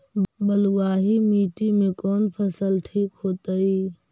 बलुआही मिट्टी में कौन फसल ठिक होतइ?